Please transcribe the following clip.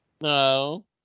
No